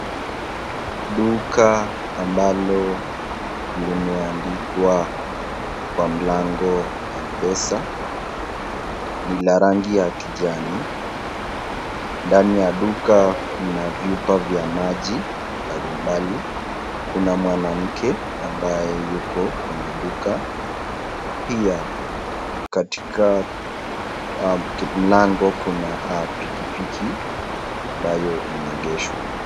Duka ambalo limeandikwa kwa mlango Mpesa, ni la rangi ya kijani. Ndani ya duka, kuna vyupa vya maji mbali mbali. Kuna mwanamke ambaye yuko kwenye duka. Pia, katika mlango kuna pikipiki ambayo imeegeshwa.